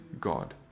God